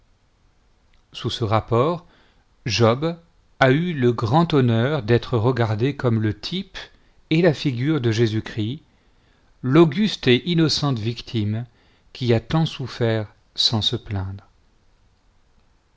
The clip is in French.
sous ce rapport job a eu le grand honneur d'être regardé comme le type et la figure de jésus-christ l'auguste et innocente victime qui a tant souffert sans se plaindre